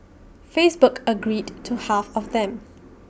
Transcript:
Facebook agreed to half of them